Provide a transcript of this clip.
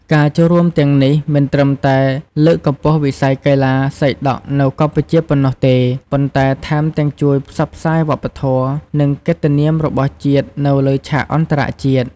ការចូលរួមទាំងនេះ មិនត្រឹមតែលើកកម្ពស់វិស័យកីឡាសីដក់នៅកម្ពុជាប៉ុណ្ណោះទេ ប៉ុន្តែថែមទាំងជួយផ្សព្វផ្សាយវប្បធម៌ និងកិត្តិនាមរបស់ជាតិនៅលើឆាកអន្តរជាតិ។